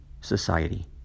society